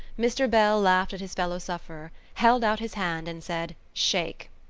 mr. bell laughed at his fellow-sufferer, held out his hand and said shake!